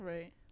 Right